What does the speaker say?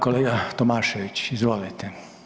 Kolega Tomašević izvolite.